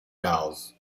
bells